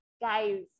Guys